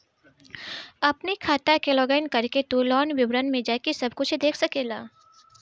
अपनी खाता के लोगइन करके तू लोन विवरण में जाके सब कुछ देख सकेला